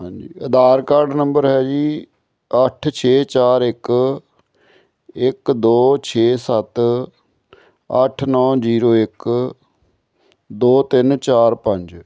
ਹਾਂਜੀ Aadhaar card number ਹੈ ਜੀ ਅੱਠ ਛੇ ਚਾਰ ਇੱਕ ਇੱਕ ਦੋ ਛੇ ਸੱਤ ਅੱਠ ਨੌਂ ਜੀਰੋ ਇੱਕ ਦੋ ਤਿੰਨ ਚਾਰ ਪੰਜ